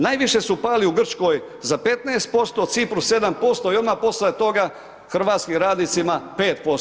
Najviše su pali u Grčkoj za 15%, Cipru 7% i odmah poslije toga hrvatskim radnicima 5%